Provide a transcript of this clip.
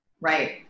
Right